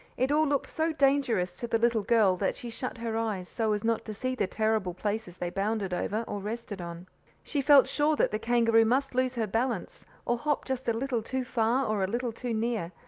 it all looked so dangerous to the little girl that she shut her eyes, so as not to see the terrible places they bounded over, or rested on she felt sure that the kangaroo must lose her balance, or hop just a little too far or a little too near,